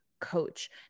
coach